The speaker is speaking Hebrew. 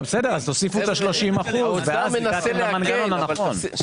לא, אז תוסיפו את ה-30% ואז הגעתם למנגנון הנכון.